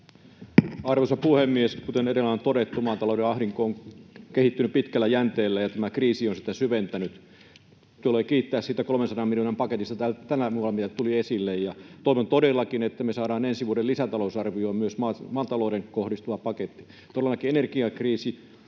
Arvoisa puhemies! Kuten edellä on todettu, maatalouden ahdinko on kehittynyt pitkällä jänteellä, ja tämä kriisi on sitä syventänyt. Tulee kiittää siitä 300 miljoonan paketista, joka tänä vuonna vielä tuli esille, ja toivon todellakin, että me saadaan ensi vuoden lisätalousarvioon myös maatalouteen kohdistuva paketti. Todellakin, on energiakriisi